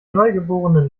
neugeborenen